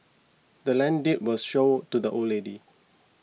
the land's deed was sold to the old lady